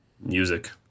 Music